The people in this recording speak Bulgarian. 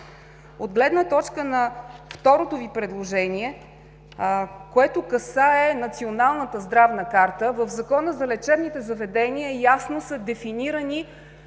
От гледна точка на второто Ви предложение, което касае Националната здравна карта – в Закона за лечебните заведения ясно са дефинирани